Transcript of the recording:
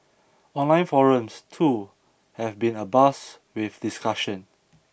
online forums too have been abuzz with discussion